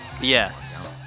Yes